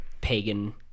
Pagan